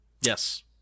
Yes